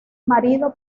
marido